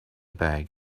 bag